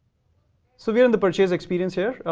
so we're in the purchase experience here.